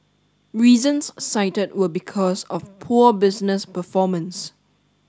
reasons cited were because of poor business performance